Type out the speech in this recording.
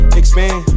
expand